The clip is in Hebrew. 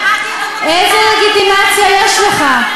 ליאל: איזו לגיטימציה יש לך?